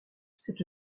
cette